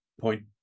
point